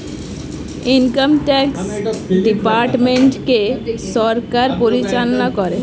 income tax ডিপার্টমেন্টকে সরকার পরিচালনা করে